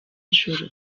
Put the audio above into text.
ijoro